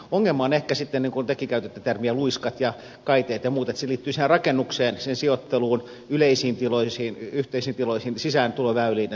ongelma ehkä sitten niin kuin tekin käytitte termejä luiskat ja kaiteet ja muut liittyy siihen rakennukseen sen sijoitteluun yleisiin tiloihin yhteisiin tiloihin sisääntuloväyliin ja tämän tyyppisiin